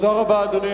אדוני